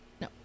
No